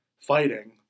fighting